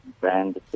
brand